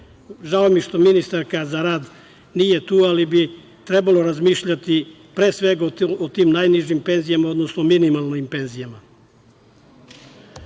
Žao mi je što ministarka za rad nije tu, ali bi trebalo razmišljati, pre svega o tim najnižim penzijama, odnosno minimalnim penzijama. Druga